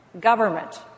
Government